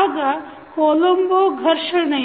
ಆಗ ಕೊಲೊಂಬೊ ಘರ್ಷಣೆ